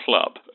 club